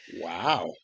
wow